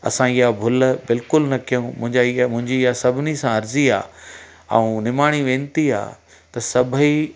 असां इहा भुल बिल्कुलु न कयूं मुंहिंजा इहा मुंहिंजी इहा सभिनी सां अर्जी आहे ऐं निमाणी वेनती आहे त सभई